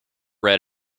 read